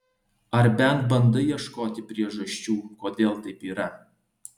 ar bent bandai ieškoti priežasčių kodėl taip yra